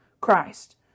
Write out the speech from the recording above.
Christ